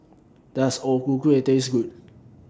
Does O Ku Kueh Taste Good